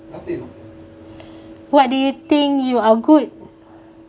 what do you think you are good